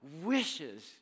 wishes